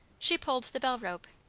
she pulled the bell-rope,